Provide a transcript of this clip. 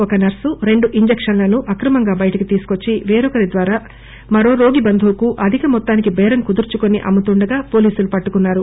ఒక నర్పు రెండు ఇంజక్షన్లను అక్రమంగా బయటకు తీసుకొచ్చి పేరొకరిద్వారా మరో రోగి బంధువుకు అధికమొత్తానికి బేరం కుదుర్సుకుని అమ్ముతుండగా పోలీసులు పట్టుకొన్నారు